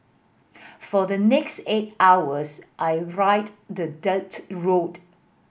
for the next eight hours I ride the dirt road